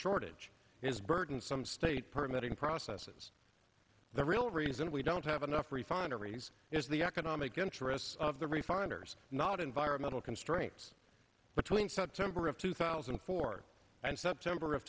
shortage is burdensome state permitting processes the real reason we don't have enough refineries is the economic interests of the refiners not environmental constraints between september of two thousand and four and september of